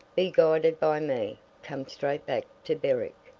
be guided by me come straight back to berwick,